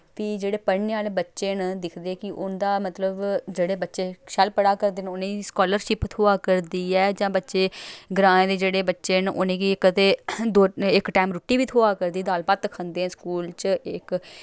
फ्ही जेह्ड़े पढ़ने आह्ले बच्चे न दिखदे कि उं'दा मतलब जेह्ड़े बच्चे शैल पढ़ा करदे न उ'नेंई स्कालरशिप थ्होआ करदी ऐ जां बच्चे ग्राएं दे जेह्ड़े बच्चे न उ'नेंगी कदें दो इक टैम रुट्टी बी थ्होआ करदी दाल भत्त खंदे न स्कूल च इक